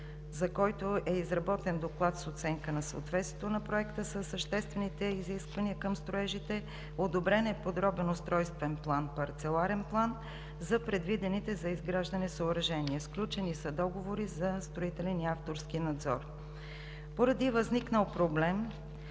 за който е изработен доклад с оценка на съответствието на проекта със съществените изисквания към строежите, одобрен е подробен устройствен парцеларен план за предвидените за изграждане съоръжения, сключени са договори за строителен и авторски надзор. Поради възникнал проблем